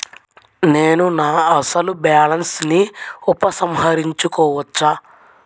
నేను నా అసలు బాలన్స్ ని ఉపసంహరించుకోవచ్చా?